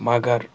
مگر